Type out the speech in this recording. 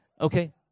Okay